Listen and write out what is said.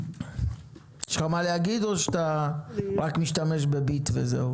יש לך מה להגיד או שאתה רק משתמש ב"ביט" וזהו?